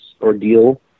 ordeal